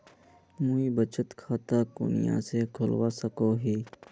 मुई बचत खता कुनियाँ से खोलवा सको ही?